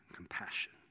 compassion